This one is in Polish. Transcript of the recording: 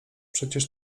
przecież